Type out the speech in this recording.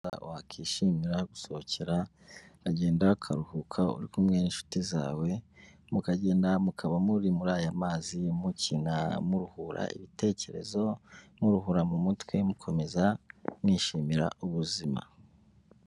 Ahantu wakwishimira gusohokera uragenda karuhuka uri kumwe n'inshuti zawe, mukagenda mukaba muri muri aya mazi mukina muruhura ibitekerezo, muruhura mu mutwe, mukomeza mwishimira ubuzima.